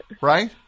Right